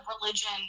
religion